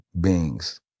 beings